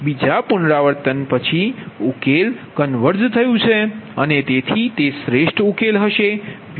બીજા પુનરાવૃત્તિ પછી ઉકેલ કન્વર્ઝ થયુ છે અને તેથી તે શ્રેષ્ઠ ઉકેલ હશેPg1258